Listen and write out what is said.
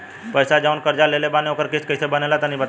पैसा जऊन कर्जा लेले बानी ओकर किश्त कइसे बनेला तनी बताव?